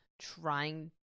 trying